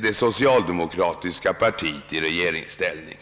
det socialdemokratiska partiet i regeringsställning.